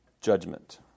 Judgment